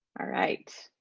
alright.